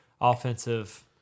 offensive